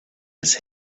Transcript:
his